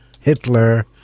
Hitler